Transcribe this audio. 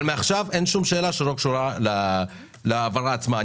אבל מעכשיו אין שום שאלה שלא קשורה להעברה עצמה.